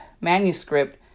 manuscript